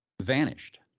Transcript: vanished